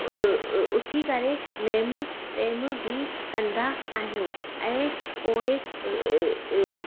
उथी करे नेम टेम बी कंदा आहियूं ऐं पोइ